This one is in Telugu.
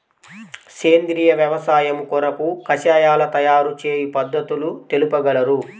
సేంద్రియ వ్యవసాయము కొరకు కషాయాల తయారు చేయు పద్ధతులు తెలుపగలరు?